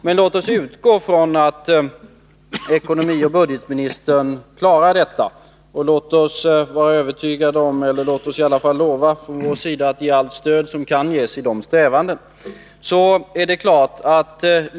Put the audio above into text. Men låt oss utgå från att ekonomioch budgetministern klarar detta, och låt oss åtminstone lova att vi skall ge allt stöd som kan ges i strävandena.